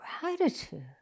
gratitude